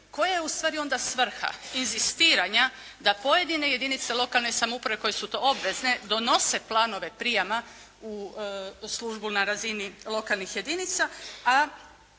koja je ustvari onda svrha inzistiranja da pojedine jedinice lokalne samouprave koje su to obvezne donose planove prijema u službu na razini lokalnih jedinica,